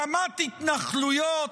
להקמת התנחלויות.